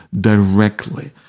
directly